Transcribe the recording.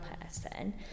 person